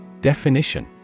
Definition